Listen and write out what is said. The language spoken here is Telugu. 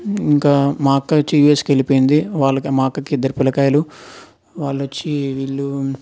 ఇంకా మా అక్క వచ్చి యుఎస్కు వెళ్ళిపోయింది వాళ్ళ మా అక్కకి ఇద్దరు పిల్లకాయలు వాళ్ళు వచ్చి వీళ్ళు